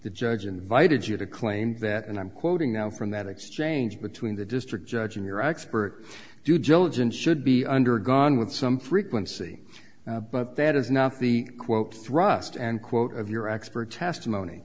the judge invited you to claim that and i'm quoting now from that exchange between the district judge and your expert due diligence should be undergone with some frequency but that is not the quote thrust and quote of your expert testimony